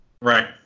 Right